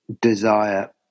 desire